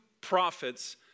prophets